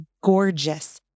gorgeous